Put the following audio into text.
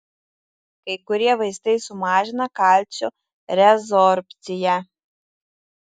kai kurie vaistai sumažina kalcio rezorbciją